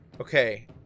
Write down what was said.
Okay